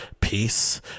Peace